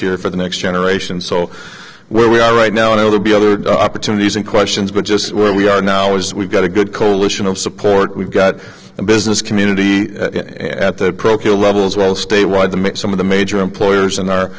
here for the next generation so where we are right now and it will be other opportunities and questions but just where we are now is we've got a good coalition of support we've got the business community at the procul levels well statewide to make some of the major employers in our